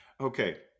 Okay